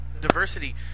diversity